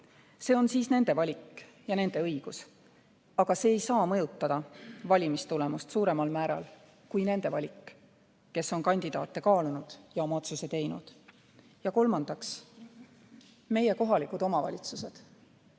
See on nende valik ja nende õigus, aga see ei saa mõjutada valimistulemust suuremal määral kui nende valik, kes on kandidaate kaalunud ja oma otsuse teinud. Ja kolmandaks, meie kohalikud omavalitsused